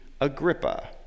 Agrippa